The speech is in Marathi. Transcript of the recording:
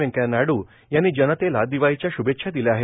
व्यंकय्या नायड्र यांनी जनतेला दिवाळीच्या श्भेच्छा दिल्या आहेत